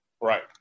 Right